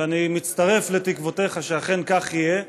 ואני מצטרף לתקוותך שאכן כך יהיה,